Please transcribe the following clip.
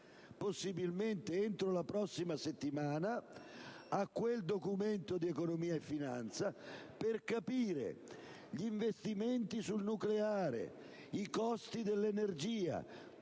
possibilmente entro la prossima settimana, al Documento di economia e finanza, per capire come gli investimenti sul nucleare e i costi dell'energia